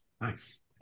Nice